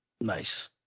Nice